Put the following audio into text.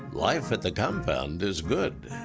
life at the compound is good.